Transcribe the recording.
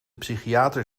psychiater